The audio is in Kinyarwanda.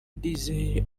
ndizeye